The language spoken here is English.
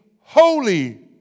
holy